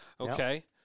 okay